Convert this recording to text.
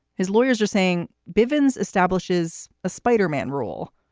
his lawyers are saying bivins establishes a spider man rule.